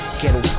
ghetto